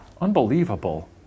unbelievable